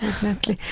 exactly.